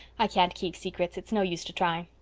i can't keep secrets it's no use to try.